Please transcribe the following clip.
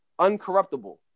uncorruptible